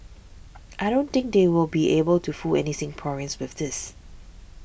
I don't think they will be able to fool any Singaporeans with this